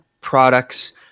products